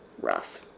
Rough